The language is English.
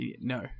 no